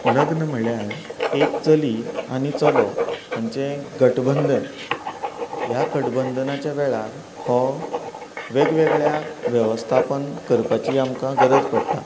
लग्न म्हळ्यार एक चली आनी चलो हांचें गटबंधन ह्या गटबंधनाच्या वेळार हो वेगवेगळ्या वेवस्थापन करपाची आमकां गरज पडटा